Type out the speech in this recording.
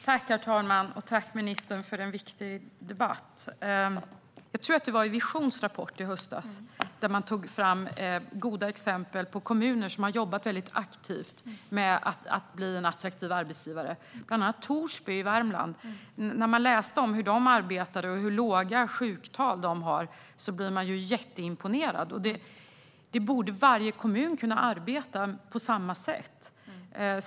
Herr talman! Jag tackar ministern för en viktig debatt. Jag tror att det var i Visions rapport i höstas som man tog fram goda exempel på kommuner som har jobbat väldigt aktivt med att bli en attraktiv arbetsgivare. Torsby i Värmland är ett exempel, och när jag läste om hur de arbetade och hur låga sjuktal de har blev jag jätteimponerad. Varje kommun borde kunna arbeta på samma sätt.